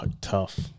tough